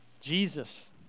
Jesus